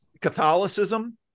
Catholicism